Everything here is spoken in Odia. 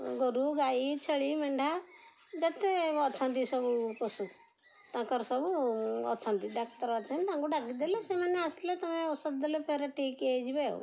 ଗୋରୁ ଗାଈ ଛେଳି ମେଣ୍ଢା ଯେତେ ଅଛନ୍ତି ସବୁ ପଶୁ ତାଙ୍କର ସବୁ ଅଛନ୍ତି ଡାକ୍ତର ଅଛନ୍ତି ତାଙ୍କୁ ଡାକିଦେଲେ ସେମାନେ ଆସିଲେ ତୁମେ ଔଷଧ ଦେଲେ ଫେର ଠିକ୍ ହେଇଯିବେ ଆଉ